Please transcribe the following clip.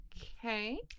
Okay